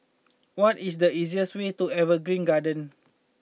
what is the easiest way to Evergreen Gardens